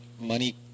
money